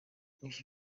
ibi